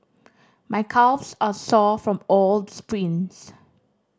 my calves are sore from all the sprints